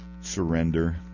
surrender